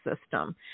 system